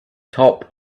top